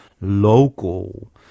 local